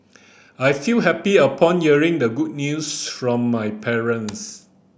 I felt happy upon hearing the good news from my parents